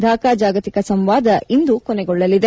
ಢಾಖಾ ಜಾಗತಿಕ ಸಂವಾದ ಇಂದು ಕೊನೆಗೊಳ್ಳಲಿದೆ